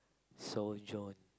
surgeon